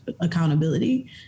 accountability